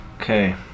Okay